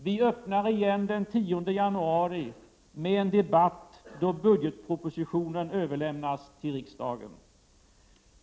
Vi öppnar igen den 10 januari med en debatt då budgetpropositionen överlämnas till riksdagen.